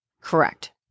Correct